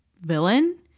villain